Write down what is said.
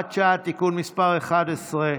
ביטול מבחן הכנסה),